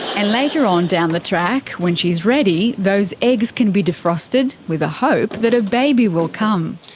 and later on down the track, when she's ready, those eggs can be defrosted with the hope that a baby will come.